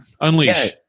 Unleash